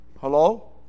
Hello